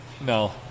No